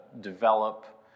develop